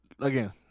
again